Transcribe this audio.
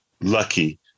lucky